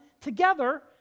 together